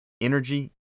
energy